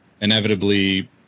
inevitably